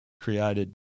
created